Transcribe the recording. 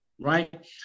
right